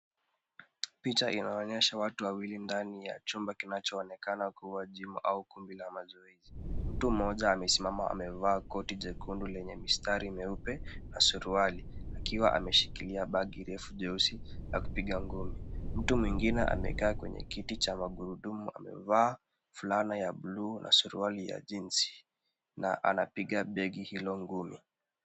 Picha inaonyesha watu wawili ndani ya chumba kinachoonekana kuwa gym au kumbi la mazoezi. Mtu mmoja amesimama amevaa koti jekundu lenye mistari mieupe na suruali akiwa ameshikilia bagi lefu jeusi akipiga ngumi. Mtu mwingine amekaa kwenye kiti cha magurudumu, amevaa fulana ya blue na suruali ya jinzi na anapiga begi hilo ngumi.